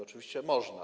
Oczywiście można.